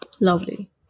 Lovely